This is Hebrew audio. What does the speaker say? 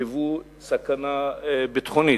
היוו סכנה ביטחונית.